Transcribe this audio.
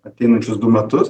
ateinančius du metus